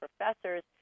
professors